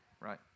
right